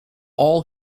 all